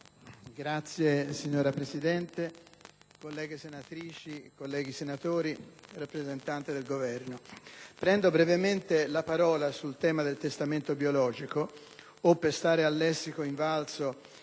*(PD)*. Signora Presidente, colleghe senatrici, colleghi senatori, rappresentanti del Governo, prendo brevemente la parola sul tema del testamento biologico o, per stare al lessico invalso